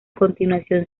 continuación